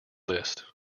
list